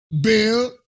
Bill